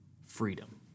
freedom